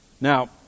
Now